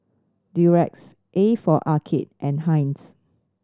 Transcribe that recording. Durex A for Arcade and Heinz